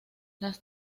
las